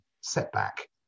setback